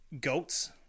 goats